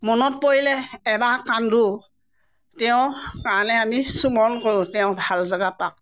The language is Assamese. মনত পৰিলে এবাৰ কান্দো তেওঁ কাৰণে আমি স্মৰণ কৰোঁ তেওঁ ভাল জেগা পাক